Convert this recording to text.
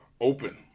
open